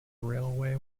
railway